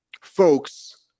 folks